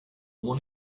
one